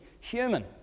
human